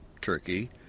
Turkey